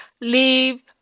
Leave